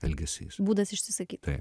elgesys būdas išsisakyt